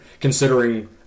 considering